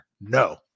no